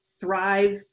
thrive